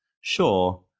sure